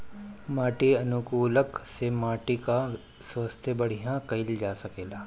माटी अनुकूलक से माटी कअ स्वास्थ्य बढ़िया कइल जा सकेला